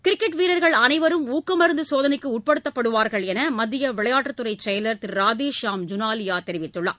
cricket வீரர்கள் அனைவரும் ஊக்கமருந்து சோதனைக்கு உட்படுத்தப்படுவார்கள் என்று மத்திய விளையாட்டுத்துறை செயலர் திருராதேஷியாம் ஜுலானியா தெரிவித்துள்ளார்